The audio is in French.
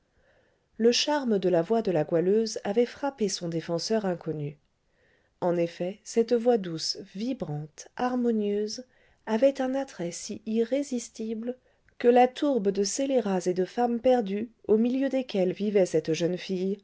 le charme de la voix de la goualeuse avait frappé son défenseur inconnu en effet cette voix douce vibrante harmonieuse avait un attrait si irrésistible que la tourbe de scélérats et de femmes perdues au milieu desquels vivait cette jeune fille